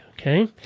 Okay